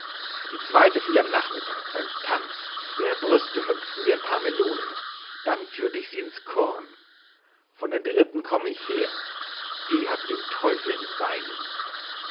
die zweite fiel am nachmittag beim tanz ihre brüste hüpften wie ein paar melonen da führte ich sie ins korn von der dritten komme ich her die hatte den teufel in den beinen